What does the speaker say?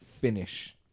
finish